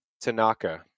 Tanaka